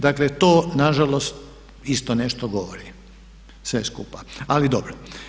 Dakle to nažalost isto nešto govori sve skupa, ali dobro.